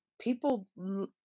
people